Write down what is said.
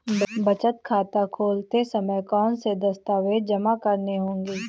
बचत खाता खोलते समय कौनसे दस्तावेज़ जमा करने होंगे?